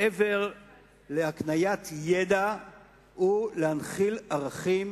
מעבר להקניית ידע, הוא להנחיל ערכים